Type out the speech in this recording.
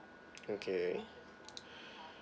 okay